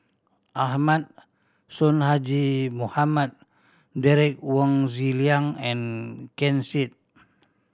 Ahmad Sonhadji Mohamad Derek Wong Zi Liang and Ken Seet